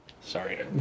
Sorry